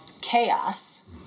chaos